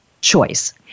choice